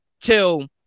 till